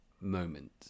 moment